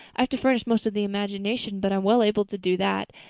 i have to furnish most of the imagination, but i'm well able to do that.